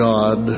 God